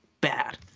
bad